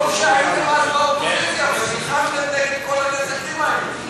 טוב שהייתם אז באופוזיציה ונלחמתם נגד כל הנזקים האלה.